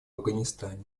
афганистане